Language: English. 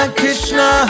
Krishna